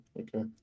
Okay